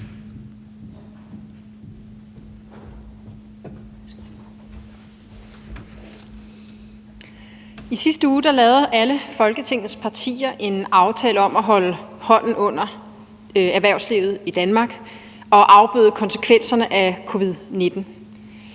I sidste uge lavede alle Folketingets partier en aftale om at holde hånden under erhvervslivet i Danmark og afbøde konsekvenserne af covid-19.